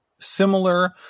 Similar